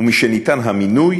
ומשניתן המינוי,